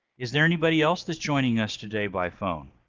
is there anybody else that's joining us today by phone?